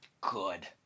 good